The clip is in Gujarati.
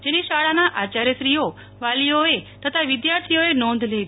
જેની શાળાના આયાર્થશ્રીઓવાલીઓ તથા વિધાર્થીઓએ નોંધ લેવી